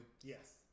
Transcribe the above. Yes